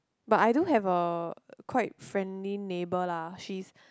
but I do have a quite friendly neighbour lah she's